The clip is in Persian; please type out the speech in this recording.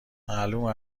معلومه